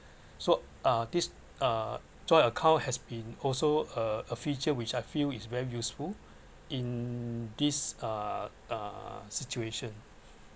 so uh this uh joint account has been also a a feature which I feel is very useful in this uh uh situation